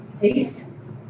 peace